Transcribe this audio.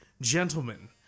gentlemen